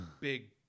big